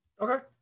Okay